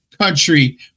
country